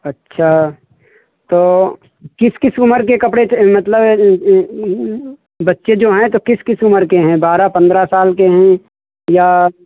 अच्छा तो किस किस उम्र के कपड़े मतलब बच्चे जो हैं तो किस किस उम्र के हैं बारह पंद्रह साल के हैं या